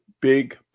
big